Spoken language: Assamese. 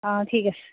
অঁ ঠিক আছে